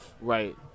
right